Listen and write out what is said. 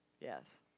Yes